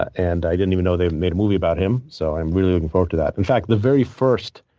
and i didn't even know they made a movie about him. so i'm really looking forward to that. in fact, the very first